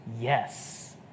yes